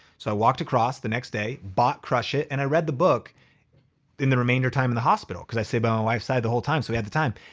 so i walked across the next day, day, bought crush it! and i read the book in the remainder time in the hospital cause i sat by my wife's side the whole time so we had the time.